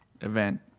event